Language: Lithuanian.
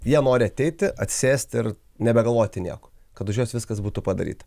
jie nori ateiti atsisėsti ir nebegalvoti nieko kad už juos viskas būtų padaryta